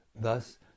Thus